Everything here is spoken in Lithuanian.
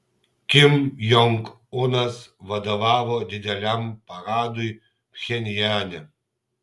kim jong unas vadovavo dideliam paradui pchenjane